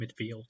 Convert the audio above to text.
midfield